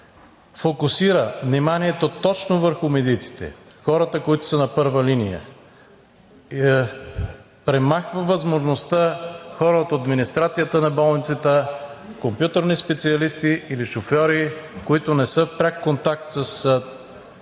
фокусира вниманието точно върху медиците, хората, които са на първа линия. Премахва възможността хора от администрацията на болницата, компютърни специалисти или шофьори, които не са в пряк контакт с хората,